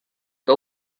que